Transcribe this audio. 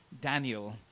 Daniel